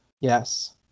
Yes